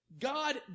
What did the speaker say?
God